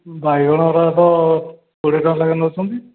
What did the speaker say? ବାଇଗଣ ଗୁଡ଼ାକ କୋଡ଼ିଏ ଟଙ୍କା ଲେଖା ନେଉଛନ୍ତି